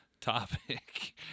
topic